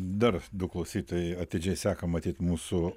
dar du klausytojai atidžiai seka matyt mūsų